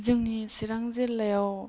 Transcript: जोंनि सिरां जिल्लायाव